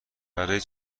برای